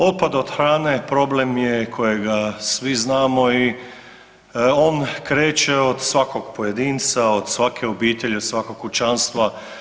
Otad od hrane problem je kojega svi znamo i on kreće od svakog pojedinca, od svake obitelji, od svakog kućanstva.